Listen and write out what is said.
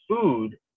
food